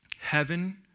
heaven